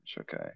Okay